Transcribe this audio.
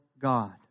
God